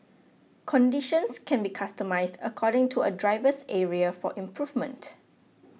conditions can be customized according to a driver's area for improvement